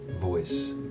voice